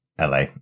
la